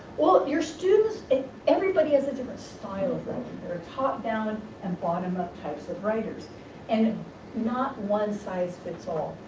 well your students, everybody has a different style there are top-down and bottom-up types of writers and not one-size-fits-all.